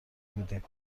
بودیم